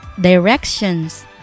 Directions